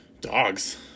Dogs